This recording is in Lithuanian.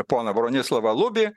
poną bronislovą lubį